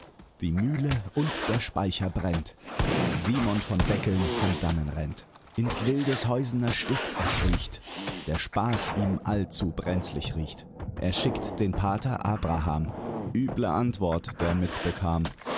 die mühle und der speicher brennt simon von beckeln von dannen rennt ins wildeshäusener stift er kriecht der spaß ihm allzu brenzlig riecht er schickt den pater abraham üble antwort der mitbekam